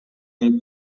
niej